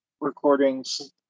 recordings